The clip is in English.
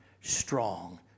strong